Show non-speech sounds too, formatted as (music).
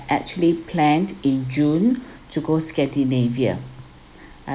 actually planned in june to go scandinavia (breath)